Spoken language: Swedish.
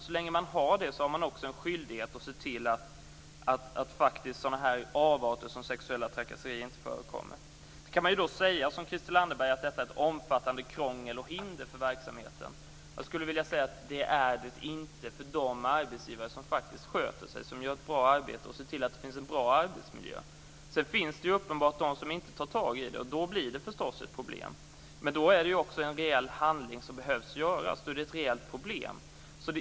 Så länge man har det ansvaret har man också en skyldighet att se till att sådana här avarter som sexuella trakasserier inte förekommer. Man kan, som Christel Anderberg, säga att detta är ett omfattande krångel och hinder för verksamheten. Jag vill säga att det inte är det för de arbetsgivare som sköter sig, som gör ett bra arbete och ser till att det finns en bra arbetsmiljö. Uppenbarligen finns det också sådana som inte tar tag i det hela, och då blir det förstås problem. Men då behövs också en rejäl handling, eftersom det är ett rejält problem.